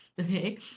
Okay